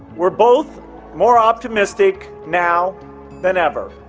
we are both more optimistic now than ever.